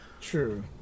True